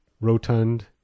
rotund